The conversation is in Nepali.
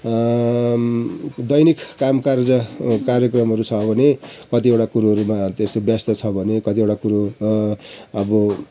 दैनिक काम कार्य कार्यक्रमहरू छ भने कतिवटा कुरोहरूमा त्यसै व्यस्त छ भने कतिवटा कुरो अब